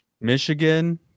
Michigan